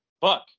fuck